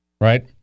right